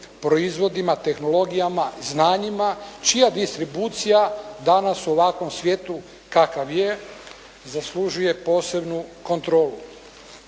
proizvodima, tehnologijama, znanjima, čija distribucija danas u ovakvom svijetu kakav je, zaslužuje posebnu kontrolu.